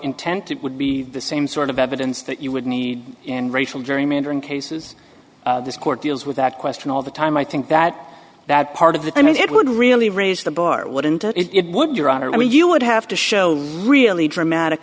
intent it would be the same sort of evidence that you would need and racial gerrymandering cases this court deals with that question all the time i think that that part of that i mean it would really raise the bar wouldn't it would your honor i mean you would have to show really dramatic